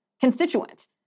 constituent